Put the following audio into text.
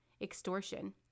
extortion